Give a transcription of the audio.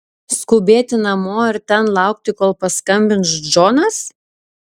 skubėti namo ir ten laukti kol paskambins džonas